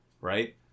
right